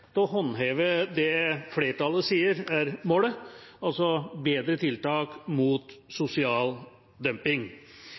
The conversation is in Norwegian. til å håndheve det flertallet sier er målet, altså bedre tiltak mot